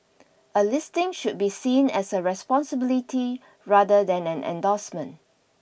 a listing should be seen as a responsibility rather than an endorsement